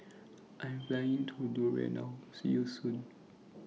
I Am Flying to Nauru now See YOU Soon